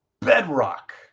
bedrock